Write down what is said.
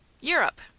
Europe